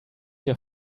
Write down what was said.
your